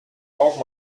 auch